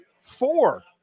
Four